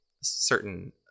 certain